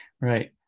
Right